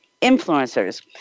influencers